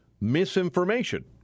misinformation